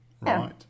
Right